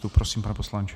Prosím, pane poslanče.